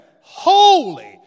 Holy